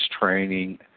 training